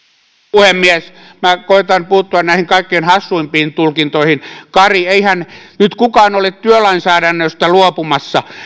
puhemies minä koetan puuttua näihin kaikkein hassuimpiin tulkintoihin kari eihän nyt kukaan ole työlainsäädännöstä luopumassa